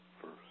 first